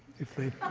if they